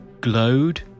glowed